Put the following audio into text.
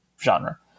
genre